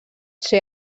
ser